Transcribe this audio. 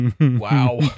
Wow